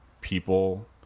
people